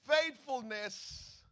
Faithfulness